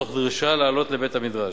תוך דרישה לעלות לבית-המדרש.